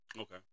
Okay